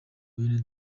bene